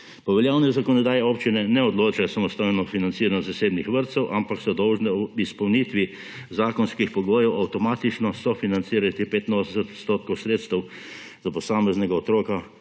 Po veljavni zakonodaji občine ne odločajo samostojno o financiranju zasebnih vrtcev, ampak so dolžne ob izpolnitvi zakonskih pogojev avtomatično sofinancirati 85 odstotkov sredstev za posameznega otroka,